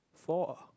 four